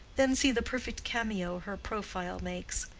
then see the perfect cameo her profile makes,